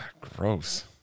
Gross